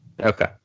Okay